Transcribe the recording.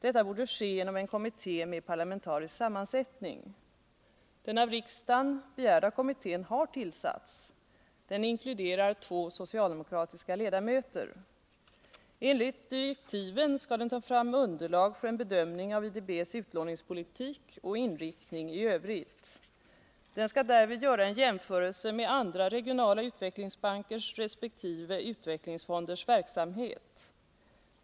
Detta borde ske genom en kommitté med parlamentarisk sammansättning. Den av riksdagen begärda kommittén har tillsatts. Den inkluderar två socialdemokratiska ledamöter. Enligt direktiven skall den ta fram underlag för en bedömning av IDB:s utlåningspolitik och inriktning i övrigt. Den skall därvid göra en jämförelse med andra regionala utvecklingsbankers resp. utvecklingsfonders verksamhet.